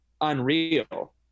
unreal